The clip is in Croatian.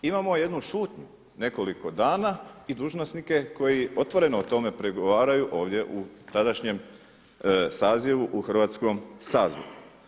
Imamo jednu šutnju, nekoliko dana i dužnosnike koji otvoreno o tome pregovaraju ovdje u tadašnjem sazivu u Hrvatskom saboru.